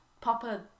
Papa